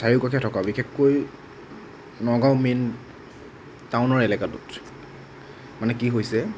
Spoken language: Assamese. চাৰিওকাষে থকা বিশেষকৈ নগাঁও মেইন টাউনৰ এলেকাটো মানে কি হৈছে